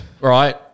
Right